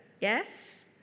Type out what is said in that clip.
Yes